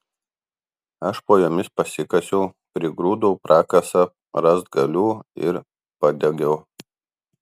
aš po jomis pasikasiau prigrūdau prakasą rąstgalių ir padegiau